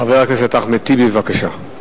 חבר הכנסת אחמד טיבי, בבקשה.